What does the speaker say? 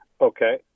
Okay